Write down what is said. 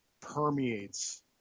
permeates